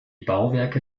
bauwerke